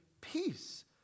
peace